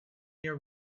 year